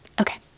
Okay